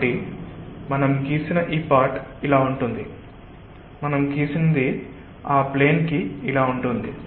కాబట్టి మనం గీసిన ఈ పార్ట్ ఇలా ఉంటుంది మనం గీసినది ఆ ప్లేన్ కి ఇలా ఉంటుంది